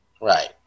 Right